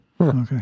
Okay